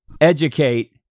educate